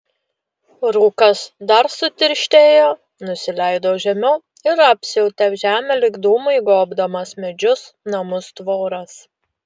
rūkas dar sutirštėjo nusileido žemiau ir apsiautė žemę lyg dūmai gobdamas medžius namus tvoras